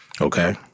Okay